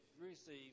receive